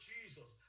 Jesus